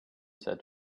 said